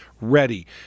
ready